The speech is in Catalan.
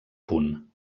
punt